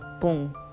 Boom